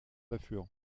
affluent